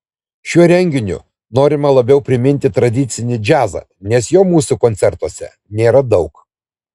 šiuo renginiu norima labiau priminti tradicinį džiazą nes jo mūsų koncertuose nėra daug